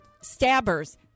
stabbers